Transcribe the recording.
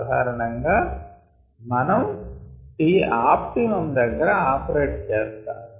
సాధారణం గా మనం T opt దగ్గర ఆపరేట్ చేస్తాము